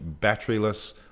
batteryless